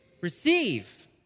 receive